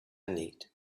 need